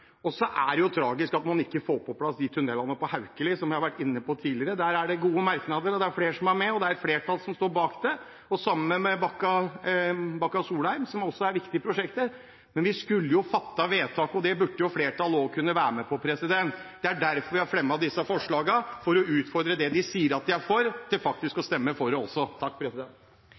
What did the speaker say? Så er det tragisk at man ikke får på plass tunnelene på Haukeli, som jeg har vært inne på tidligere. Der er det gode merknader, det er flere som er med, og det er et flertall som står bak dem. Det samme gjelder Bakka–Solheim, som også er et viktig prosjekt. Men vi skulle jo fattet vedtak, og det burde flertallet også kunne være med på. Det er derfor vi har fremmet disse forslagene – for å utfordre dem som sier at de er for, til faktisk å stemme for det også.